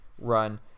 Run